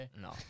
No